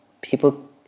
people